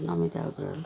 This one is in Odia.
ନମିତା ଅଗ୍ରୱାଲ